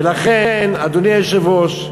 ולכן, אדוני היושב-ראש,